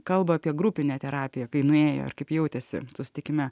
kalba apie grupinę terapiją kai nuėjo ir kaip jautėsi susitikime